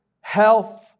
health